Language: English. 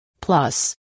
Plus